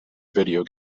video